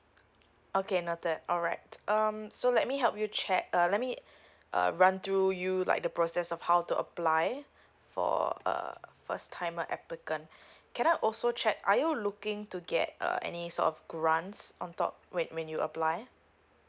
okay noted alright um so let me help you to check uh let me uh run through you like the process of how to apply for uh first timer applicant can I also check are you looking to get uh any sort of grants on top when when you apply